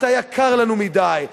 אתה יקר לנו מדי.